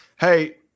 hey